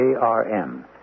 ARM